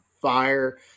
fire